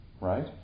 Right